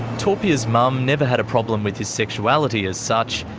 topia's mum never had a problem with his sexuality as such,